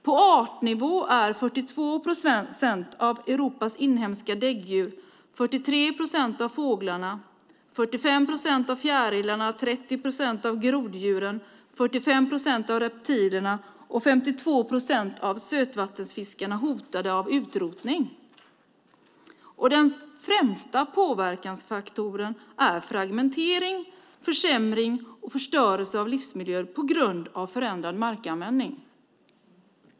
På artnivå är 42 procent av Europas inhemska däggdjur, 43 procent av fåglarna, 45 procent av fjärilarna, 30 procent av groddjuren, 45 procent av reptilerna och 52 procent av sötvattensfiskarna hotade av utrotning. Den främsta påverkansfaktorn är fragmentering, försämring och förstörelse av livsmiljöer på grund av förändrad markanvändning.